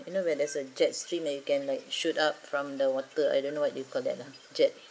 you know where there is a jet stream that you can like shoot up from the water I don't know what you call that ah jet